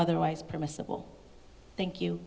otherwise permissible thank you